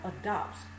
adopts